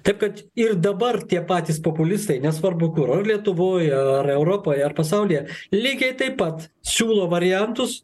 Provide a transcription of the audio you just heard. taip kad ir dabar tie patys populistai nesvarbu kur ar lietuvoj ar europoj ar pasaulyje lygiai taip pat siūlo variantus